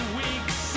weeks